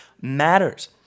matters